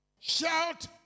Shout